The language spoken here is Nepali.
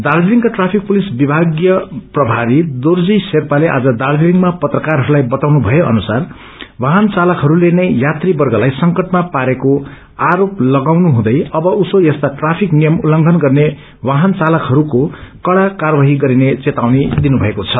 दार्जीलिङच्रो ट्राफिक पुलिस विभागीय प्रभारी दोर्जी श्रेपाले आज दार्जीलिङमा पत्रकारहरूलाईबताउनु भए अनुसार वाहन चालकहस्ले नै यात्री वर्गलाई संकटमा पारेको आरोप लगाउनु हुँदै अब उयो यस्ता ट्राफिक नियम उल्लपन गर्ने वाहन चालकहस्को कडा कार्यवाही गरिने चेतावनी दिनुभएको छ